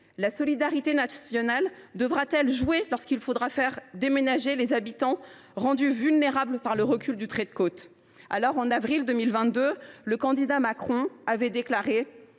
la solidarité nationale devra t elle jouer lorsqu’il faudra faire déménager les habitants rendus vulnérables par le recul du trait de côte ? Il faut conclure ! En avril 2022, le candidat Emmanuel Macron avait déclaré